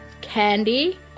Candy